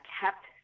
kept